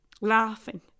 laughing